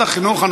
ועדת החינוך.